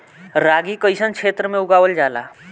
रागी कइसन क्षेत्र में उगावल जला?